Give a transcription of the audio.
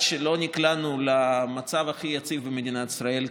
שנקלענו למצב לא הכי יציב במדינת ישראל,